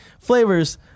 flavors